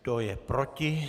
Kdo je proti?